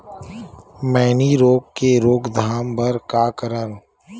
मैनी रोग के रोक थाम बर का करन?